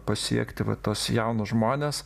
pasiekti vat tuos jaunus žmones